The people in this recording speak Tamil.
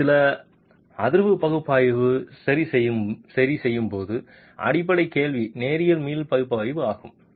நீங்கள் நில அதிர்வு பகுப்பாய்வு சரி செய்யும்போது அடிப்படை கேள்வி நேரியல் மீள் பகுப்பாய்வு ஆகும்